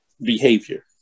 behavior